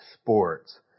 sports